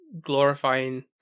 glorifying